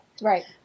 Right